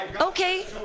Okay